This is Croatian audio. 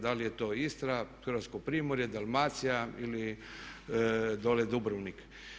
Da li je to Istra, hrvatsko Primorje, Dalmacija ili dole Dubrovnik.